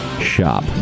shop